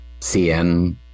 CN